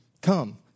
come